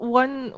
one